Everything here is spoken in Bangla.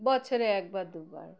বছরে একবার দুবার